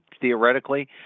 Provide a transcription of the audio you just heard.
theoretically